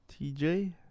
TJ